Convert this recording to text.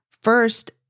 first